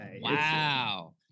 wow